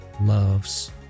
loves